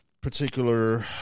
particular